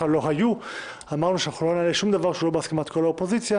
לא היו אמרנו שלא נעלה שום דבר שהוא לא בהסכמת כל האופוזיציה,